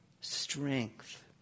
strength